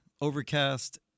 overcast